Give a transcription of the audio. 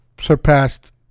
surpassed